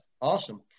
awesome